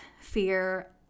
fear